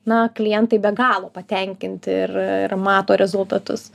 na klientai be galo patenkinti ir ir mato rezultatus